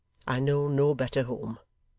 i know no better home.